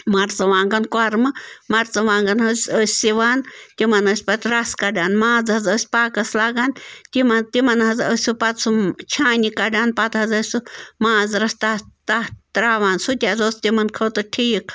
مَرژٕوانٛگَن کۄرمہٕ مَرژٕوانٛگَن حظ ٲسۍ سِوان تِمَن ٲسۍ پَتہٕ رَس کَڑان ماز حظ ٲسۍ پاکَس لَگان تِمَن تِمَن حظ ٲسۍ سُہ پَتہٕ سُہ چھانہِ کَڑان پَتہٕ حظ ٲسۍ سُہ مازرَس تَتھ تَتھ تراوان سُہ تہِ حظ اوس تِمَن خٲطرٕ ٹھیٖک